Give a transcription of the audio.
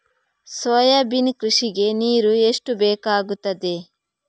Soybean ಕೃಷಿಗೆ ನೀರು ಎಷ್ಟು ಬೇಕಾಗುತ್ತದೆ?